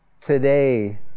today